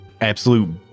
Absolute